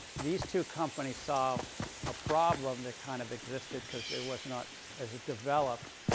these two companies solved a problem that kind of existed because there was not as it developed,